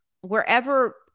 wherever